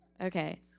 Okay